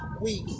week